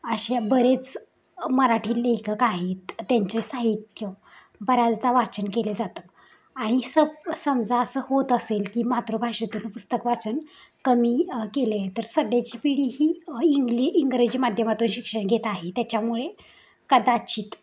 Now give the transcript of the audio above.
असे बरेच मराठी लेखक आहेत त्यांचे साहित्य बऱ्याचदा वाचन केले जातं आणि सप समजा असं होत असेल की मातृभाषेतून पुस्तक वाचन कमी केले तर सध्याची पिढी ही इंग्लि इंग्रजी माध्यमातून शिक्षण घेत आहे त्याच्यामुळे कदाचित